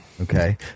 Okay